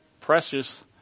precious